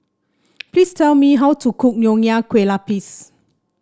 please tell me how to cook Nonya Kueh Lapis